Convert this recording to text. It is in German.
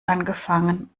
angefangen